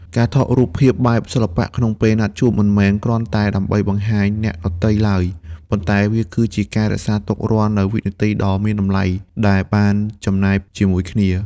ការថតរូបភាពបែបសិល្បៈ ក្នុងពេលណាត់ជួប មិនមែនគ្រាន់តែដើម្បីបង្ហាញអ្នកដទៃឡើយ ប៉ុន្តែវាគឺជាការរក្សាទុកនូវរាល់វិនាទីដ៏មានតម្លៃដែលបានចំណាយជាមួយគ្នា។